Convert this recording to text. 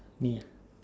me ah